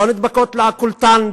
או לא נדבקות לקולטן,